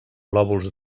lòbuls